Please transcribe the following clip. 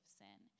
sin